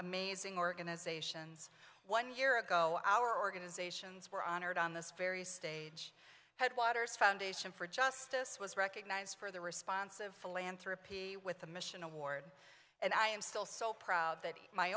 amazing organizations one year ago our organizations were honored on this very stage headwaters foundation for justice was recognized for the response of philanthropy with the mission award and i am still so proud that my